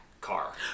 car